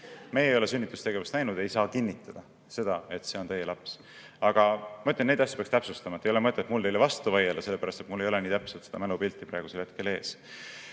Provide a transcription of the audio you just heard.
nad ei ole sünnitustegevust näinud, ei saa kinnitada seda, et see on selle ema laps. Aga ma ütlen, et neid asju peaks täpsustama. Mul ei ole mõtet teile vastu vaielda, sellepärast et mul ei ole nii täpselt seda mälupilti praegusel hetkel ees.